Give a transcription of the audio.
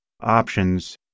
options